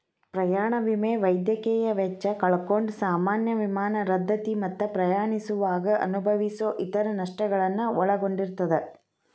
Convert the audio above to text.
ಪ್ರಯಾಣ ವಿಮೆ ವೈದ್ಯಕೇಯ ವೆಚ್ಚ ಕಳ್ಕೊಂಡ್ ಸಾಮಾನ್ಯ ವಿಮಾನ ರದ್ದತಿ ಮತ್ತ ಪ್ರಯಾಣಿಸುವಾಗ ಅನುಭವಿಸೊ ಇತರ ನಷ್ಟಗಳನ್ನ ಒಳಗೊಂಡಿರ್ತದ